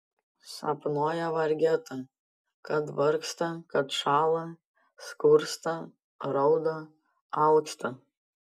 sapnuoja vargeta kad vargsta kad šąla skursta rauda alksta